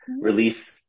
release